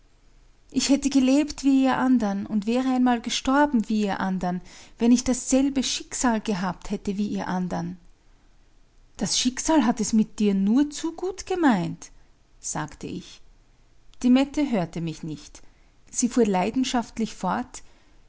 ich hätte gelebt wie ihr andern und wäre einmal gestorben wie ihr anderen wenn ich dasselbe schicksal gehabt hätte wie ihr andern das schicksal hat es mit dir nur zu gut gemeint sagte ich die mette hörte mich nicht sie fuhr leidenschaftlich fort